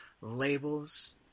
labels